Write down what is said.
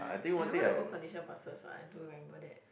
I remember the old condition of buses ah I do remember that